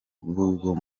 b’uwo